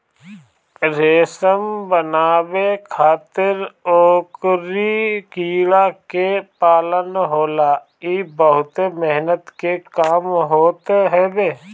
रेशम बनावे खातिर ओकरी कीड़ा के पालन होला इ बहुते मेहनत के काम होत हवे